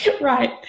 Right